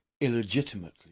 illegitimately